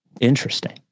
Interesting